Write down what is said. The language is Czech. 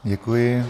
Děkuji.